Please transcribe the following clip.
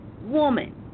woman